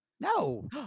No